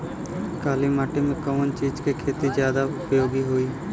काली माटी में कवन चीज़ के खेती ज्यादा उपयोगी होयी?